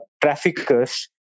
traffickers